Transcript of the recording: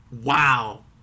Wow